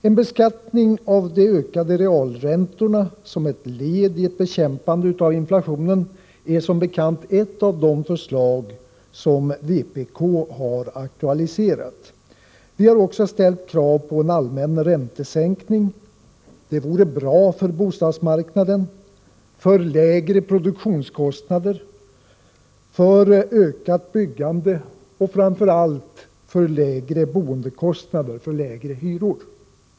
En beskattning av de ökade realräntorna som ett led i bekämpandet av inflationen är som bekant ett av de förslag som vpk aktualiserat. Vi har också ställt krav på en allmän räntesänkning. Det vore bra för bostadsmarknaden: det skulle innebära lägre produktionskostnader, ökat byggande och framför allt lägre boendekostnader och lägre hyror.